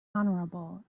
honourable